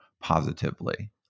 positively